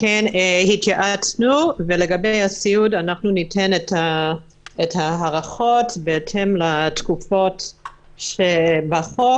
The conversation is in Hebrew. התייעצנו ולגבי הסיעוד אנחנו ניתן את ההארכות בהתאם לתקופות שבחוק.